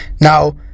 now